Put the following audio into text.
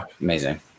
amazing